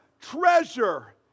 treasure